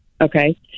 Okay